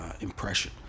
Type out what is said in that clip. impression